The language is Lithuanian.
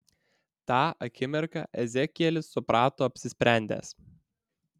tą akimirką ezekielis suprato apsisprendęs